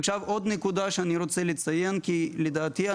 עוד נקודה שאני רוצה לציין כי לדעתי,